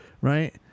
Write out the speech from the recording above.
right